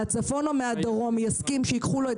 מהצפון או מהדרום יסכים שייקחו לו את